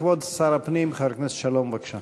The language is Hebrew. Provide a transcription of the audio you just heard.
כבוד השר פנים, חבר הכנסת שלום, בבקשה.